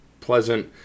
pleasant